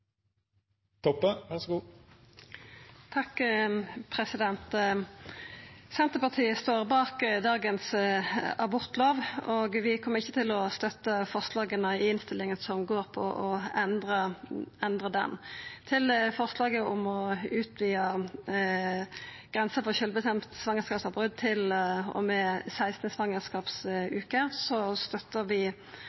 Senterpartiet står bak dagens abortlov, og vi kjem ikkje til å støtta forslaga i innstillinga som går ut på å endra ho. Når det gjeld forslaget om å utvida grensa for sjølvbestemt svangerskapsavbrot til og med 16. svangerskapsveke, støttar vi ikkje det. Og